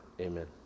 amen